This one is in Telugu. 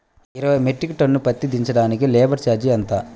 ఇరవై మెట్రిక్ టన్ను పత్తి దించటానికి లేబర్ ఛార్జీ ఎంత?